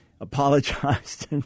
apologized